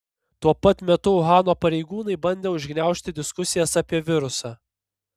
tuo pat metu uhano pareigūnai bandė užgniaužti diskusijas apie virusą